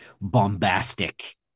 bombastic